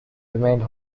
remained